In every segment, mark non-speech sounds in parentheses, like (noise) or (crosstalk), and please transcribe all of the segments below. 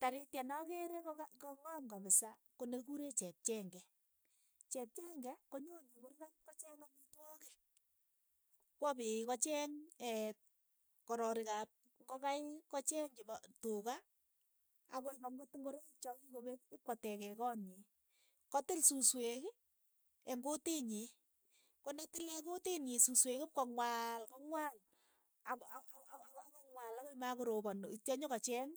Tarityet na keere ko- ka kong'om kapisa ko ne ki kure chepchenge, chepchenge konyonii kuurkat kocheeng amitwogik, kwa piy kocheeng kororik ap ingokaik, ko cheeng chepo tuka akoip akot ingoroik cha kikopek ip kotekee koot nyi, kotil susweek eng' kutinyii, konatilee kutitnyii susweek ipkong'waal kong'waal ak- ak- ak- akong'waal akoi makoroponu, itcha nyokocheeng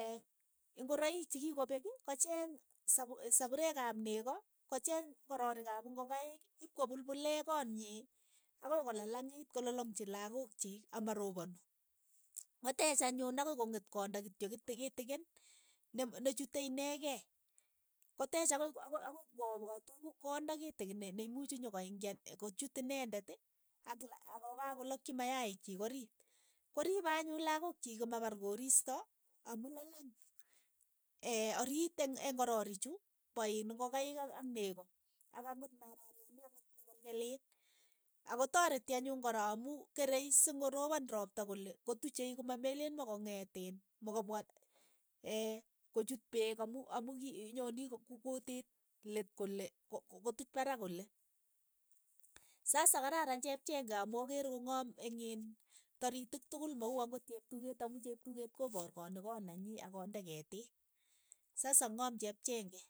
(hesitation) ingoroik chikikopeeki, kocheeng sa- sapureek ap neko kocheeng kororiik ap ingokaik ipkopulpulee kot nyii akoi kolalangiit kolalangchi lakok chiik ak maroponu, koteech anyun akoi ong'et konda kityo kiti kitikin. nem- ne chute inekei, koteech akoi ako- akoi ipkopwa tupu konde kitikin ne- neimuchi nyokoingian kochut inendeti ak la akokakolakchi mayaik chiik oriit, koripei anyun lakok chiik komapar koristo amu lalang (hesitation) oriit eng'- eng' kororiik chu pa iin ingokaik ak neko ak akot mararenik ang'ot tekelkeliin, ako tareti anyun kora amu kerei singoropon ropta kole kotuchei ko ma meleen ma kong'eet iin ma kopwa (hesitation) kochut peek amu amu ki nyooni kutit leet kole ko- kotuuch parak kole, sasa kararan chepchenge amu akere ko ng'aam eng' in toritik tukul ma uu ang'ot cheptuket amu cheptuket koparkani koot nenyi ako nde ketiik, sasa ng'oom chepchenge.